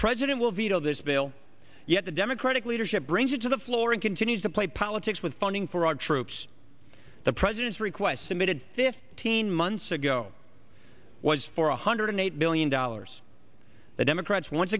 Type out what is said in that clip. president will veto this bill yet the democratic leadership brings it to the floor and continues to play politics with funding for our troops the president's request submitted fifteen months ago was for one hundred eight billion dollars the democrats once